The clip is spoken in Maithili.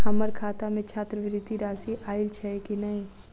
हम्मर खाता मे छात्रवृति राशि आइल छैय की नै?